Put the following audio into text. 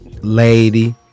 Lady